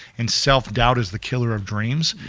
and self doubt is the killer of dreams.